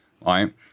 Right